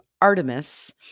Artemis